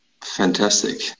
Fantastic